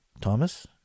Thomas